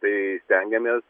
tai stengiamės